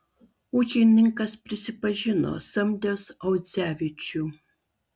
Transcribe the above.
ūkininkas prisipažino samdęs audzevičių